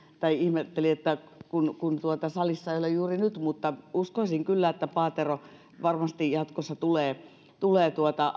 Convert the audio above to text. tai ihmetteli että ei ole salissa juuri nyt uskoisin kyllä että paatero varmasti jatkossa tulee tulee